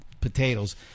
potatoes